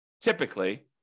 typically